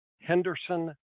Henderson